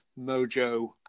Mojo